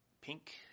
pink